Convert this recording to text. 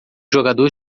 jogador